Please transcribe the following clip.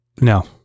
No